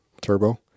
turbo